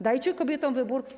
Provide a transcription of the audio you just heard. Dajcie kobietom wybór.